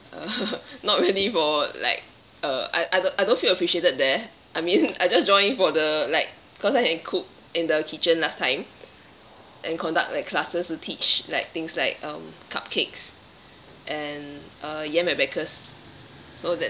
uh not really for like uh I I d~ I don't feel appreciated there I mean I just joined for the like because I can cook in the kitchen last time and conduct like classes to teach like things like um cupcakes and uh bakers so that